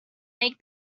make